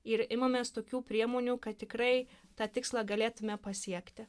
ir imamės tokių priemonių kad tikrai tą tikslą galėtume pasiekti